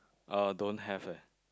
uh don't have eh